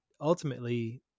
ultimately